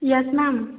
yes ma'am